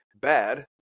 bad